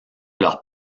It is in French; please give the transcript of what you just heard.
leurs